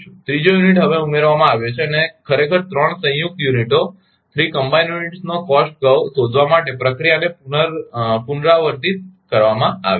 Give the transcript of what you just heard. ત્રીજો યુનિટ હવે ઉમેરવામાં આવ્યો છે અને ખરેખર 3 સંયુક્ત યુનિટોનો કોસ્ટ કર્વ શોધવા માટે પ્રક્રિયાને પુનરાવર્તિત કરવામાં આવે છે